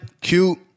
cute